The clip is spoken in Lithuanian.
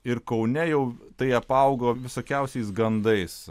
ir kaune jau tai apaugo visokiausiais gandais